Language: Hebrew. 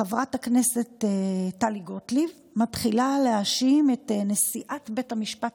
חברת הכנסת טלי גוטליב מתחילה להאשים את נשיאת בית המשפט